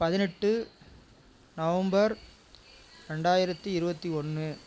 பதினெட்டு நவம்பர் ரெண்டாயிரத்தி இருபத்தி ஒன்று